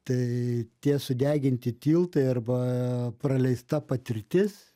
tai tie sudeginti tiltai arba aaa praleista patirtis